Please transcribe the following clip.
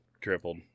tripled